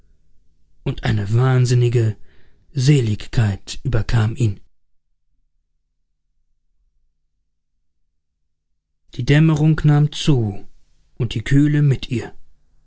hin und eine wahnsinnige seligkeit überkam ihn die dämmerung nahm zu und die kühle mit ihr